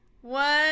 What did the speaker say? one